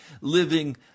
living